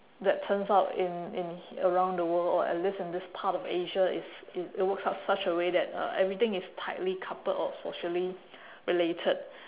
that turns out in in around the world or at least in this part of asia is it works out such a way that uh everything is tightly coupled or socially related